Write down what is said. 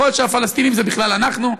יכול להיות שהפלסטינים זה בכלל אנחנו.